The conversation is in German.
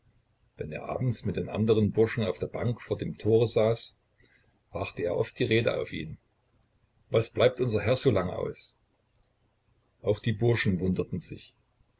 wenn er abends mit den anderen burschen auf der bank vor dem tore saß brachte er oft die rede auf ihn was bleibt unser herr so lange aus auch die burschen wunderten sich